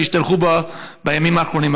כשהשתלחו בו בימים האחרונים.